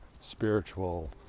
spiritual